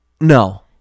No